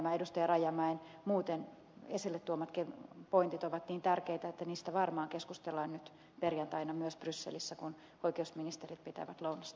rajamäen muutenkin esille tuomat pointit ovat niin tärkeitä että niistä varmaan keskustellaan nyt perjantaina myös brysselissä kun oikeusministerit pitävät lounasta